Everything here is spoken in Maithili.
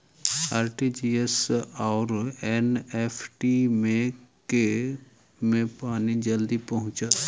आर.टी.जी.एस आओर एन.ई.एफ.टी मे केँ मे पानि जल्दी पहुँचत